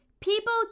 People